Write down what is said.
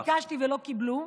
אני ביקשתי ולא קיבלו,